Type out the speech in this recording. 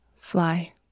Fly